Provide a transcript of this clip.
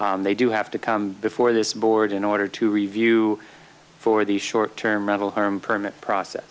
they do have to come before this board in order to review for the short term mental harm permit process